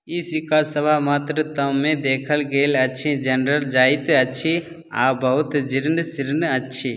ई सिक्कासब मात्रतामे देखल गेल अछि जानल जाइत अछि आओर बहुत जीर्ण शीर्ण अछि